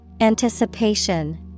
Anticipation